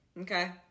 Okay